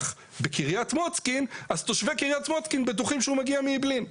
בקרית מוצקין אז תושבי קרית מוצקין בטוחים שהוא מגיע מאעבלין.